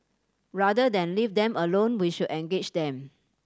rather than leave them alone we should engage them